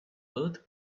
both